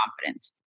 confidence